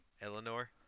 Eleanor